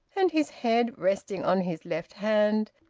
and, his head resting on his left hand,